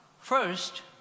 First